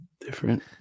different